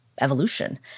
evolution